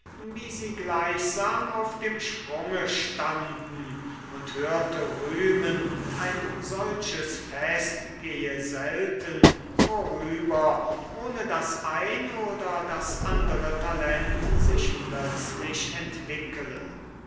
wie sie gleichsam auf dem sprunge standen und hörte rühmen ein solches fest gehe selten vorüber ohne daß ein oder das andere talent sich plötzlich entwickele